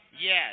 Yes